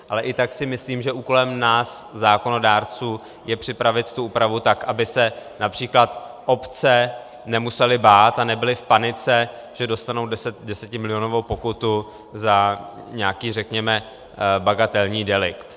Ale i tak si myslím, že úkolem nás zákonodárců je připravit tu úpravu tak, aby se například obce nemusely bát a nebyly v panice, že dostanou desetimilionovou pokutu za nějaký řekněme bagatelní delikt.